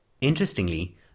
Interestingly